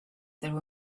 their